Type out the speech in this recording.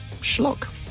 Schlock